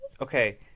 Okay